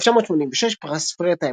1986 - פרס ורטהיים,